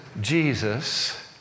Jesus